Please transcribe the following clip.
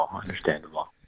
understandable